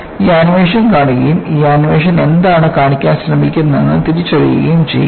ഈ ആനിമേഷൻ കാണുകയും ഈ ആനിമേഷൻ എന്താണ് കാണിക്കാൻ ശ്രമിക്കുന്നതെന്ന് തിരിച്ചറിയുകയും ചെയ്യുക